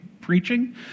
preaching